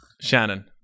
Shannon